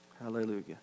Hallelujah